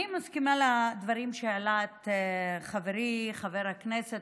אני מסכימה לדברים שהעלה חברי חבר הכנסת